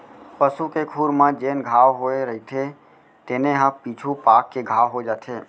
पसू के खुर म जेन घांव होए रइथे तेने ह पीछू पाक के घाव हो जाथे